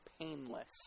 painless